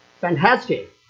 fantastic